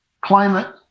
climate